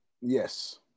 Yes